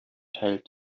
teil